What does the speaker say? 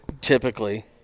typically